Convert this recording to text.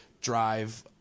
drive